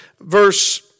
verse